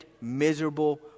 miserable